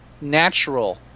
natural